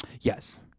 yes